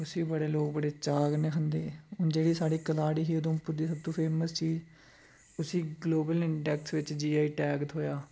उसी बी बड़े लोग बड़े चाऽ कन्नै खंदे हून जेह्ड़ी साढ़ी कलाड़ी ही उधमपुर दी सबतु फेमस चीज़ उसी ग्लोबल इंडेक्स बिच्च जी आई टैग थ्होएआ